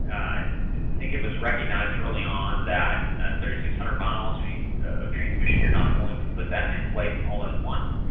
i think it was recognized early on that three six hundred miles of transmission, you're not going to put that in place all at once,